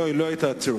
לא, היא לא היתה צריכה.